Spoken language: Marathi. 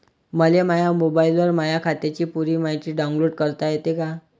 मले माह्या मोबाईलवर माह्या खात्याची पुरी मायती डाऊनलोड करता येते का?